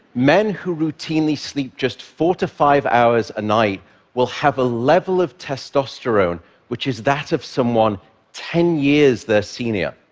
men who routinely sleep just four to five hours a night will have a level of testosterone which is that of someone ten years their senior.